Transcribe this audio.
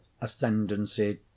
ascendancy